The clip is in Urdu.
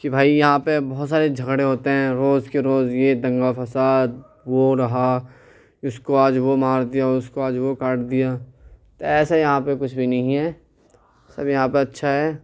کہ بھائی یہاں پہ بہت سارے جھگڑے ہوتے ہیں روز کے روز یہ دنگا فساد وہ رہا اس کو آج وہ مار دیا اس کو آج وہ کاٹ دیا تو ایسے یہاں پہ کچھ بھی نہیں ہے سب یہاں پہ اچّھا ہے